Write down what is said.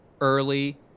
early